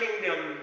kingdom